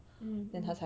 mm mm